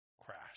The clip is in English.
crash